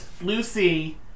Lucy